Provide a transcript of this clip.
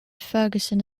ferguson